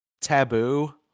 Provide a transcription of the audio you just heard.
taboo